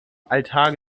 altar